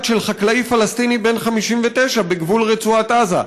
של חקלאי פלסטיני בן 59 בגבול רצועת עזה.